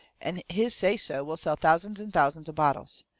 and his say-so will sell thousands and thousands of bottles.